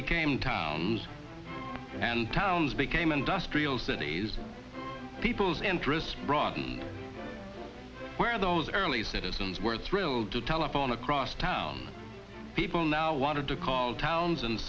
became towns and towns became industrial cities people's interests brought in where those early citizens were thrilled to telephone across town people now wanted to call towns and